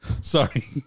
Sorry